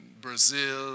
Brazil